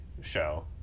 show